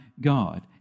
God